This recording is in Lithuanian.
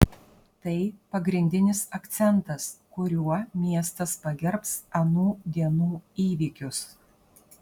tai pagrindinis akcentas kuriuo miestas pagerbs anų dienų įvykius